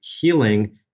healing